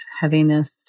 heaviness